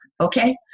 Okay